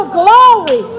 glory